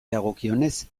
dagokionez